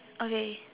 okay